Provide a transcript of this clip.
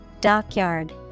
Dockyard